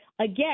again